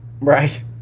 right